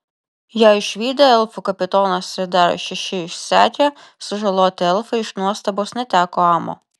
ją išvydę elfų kapitonas ir dar šeši išsekę sužaloti elfai iš nuostabos neteko amo